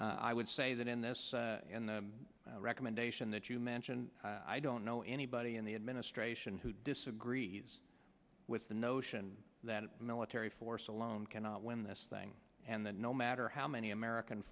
to i would say that in this recommendation that you mentioned i don't know anybody in the administration who disagrees with the notion that a military force alone cannot win this thing and that no matter how many american